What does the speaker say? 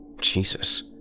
Jesus